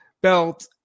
belt